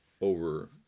over